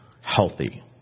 healthy